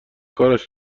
کارش